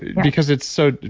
because it's so.